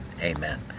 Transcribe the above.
amen